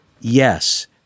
yes